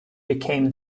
became